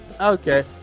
okay